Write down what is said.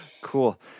cool